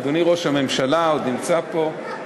אדוני ראש הממשלה שעוד נמצא פה,